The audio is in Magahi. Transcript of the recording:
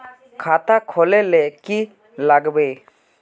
खाता खोल ले की लागबे?